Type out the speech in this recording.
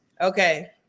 Okay